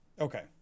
Okay